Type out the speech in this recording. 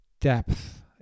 depth